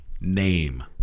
name